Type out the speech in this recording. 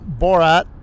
Borat